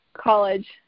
college